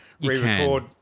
re-record